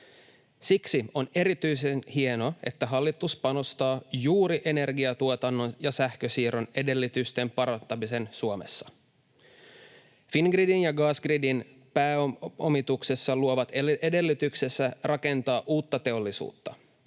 Siksi on erityisen hienoa, että hallitus panostaa juuri energiatuotannon ja sähkönsiirron edellytysten parantamiseen Suomessa. Fingridin ja Gasgridin pääomituksessa luodaan edellytyksiä rakentaa uutta teollisuutta